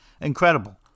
Incredible